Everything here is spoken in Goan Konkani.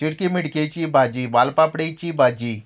चिडकी मिडकेची भाजी वालपापडेची भाजी